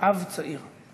אב צעיר.